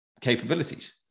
capabilities